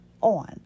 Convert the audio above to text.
on